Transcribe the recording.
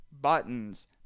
buttons